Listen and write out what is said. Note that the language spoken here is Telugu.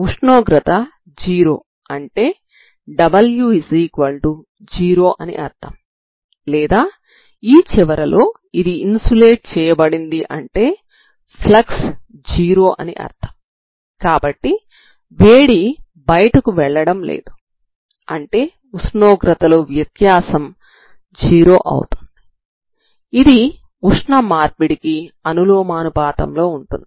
ఉష్ణోగ్రత 0 అంటే w 0 అని అర్థం లేదా ఈ చివరలో ఇది ఇన్సులేట్ చేయబడింది అంటే ఫ్లక్స్ 0 అని అర్థం కాబట్టి వేడి బయటకు వెళ్లడం లేదు అంటే ఉష్ణోగ్రత లో వ్యత్యాసం 0 అవుతుంది ఇది ఉష్ణ మార్పిడికి అనులోమానుపాతంలో వుంటుంది